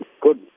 good